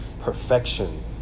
perfection